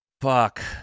Fuck